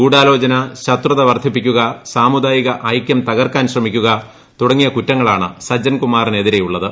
ഗൂഢാലോചന ശത്രുത വർദ്ധിപ്പിക്കുകസാമുദായിക ഐക്യം തകർക്കാൻ ശ്രമിക്കുക തുടങ്ങിയ കുറ്റങ്ങളാണ് സജ്ജൻകുമാറിനെതിരെയുള്ളത്